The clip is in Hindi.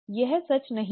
यह सच नहीं है